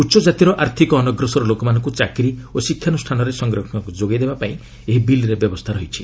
ଉଚ୍ଚକାତିର ଆର୍ଥିକ ଅନଗ୍ରସର ଲୋକମାନଙ୍କୁ ଚାକିରୀ ଓ ଶିକ୍ଷାନୁଷ୍ଠାନରେ ସଂରକ୍ଷଣ ଯୋଗାଇବା ପାଇଁ ଏହି ବିଲ୍ରେ ବ୍ୟବସ୍ଥା ରହିଛି